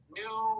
new